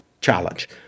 challenge